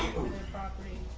property.